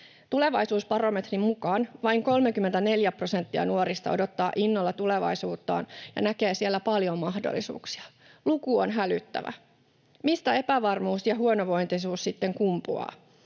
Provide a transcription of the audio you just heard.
Tulevaisuusbarometrin mukaan vain 34 prosenttia nuorista odottaa innolla tulevaisuuttaan ja näkee siellä paljon mahdollisuuksia. Luku on hälyttävä. Mistä epävarmuus ja huonovointisuus sitten kumpuavat?